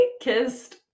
kissed